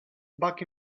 back